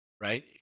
right